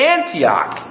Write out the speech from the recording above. Antioch